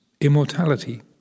immortality